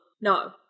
no